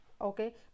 okay